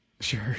Sure